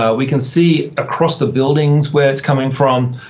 ah we can see across the buildings where it's coming from,